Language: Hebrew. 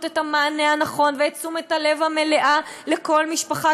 את המענה הנכון ואת תשומת הלב המלאה לכל משפחה,